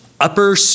upper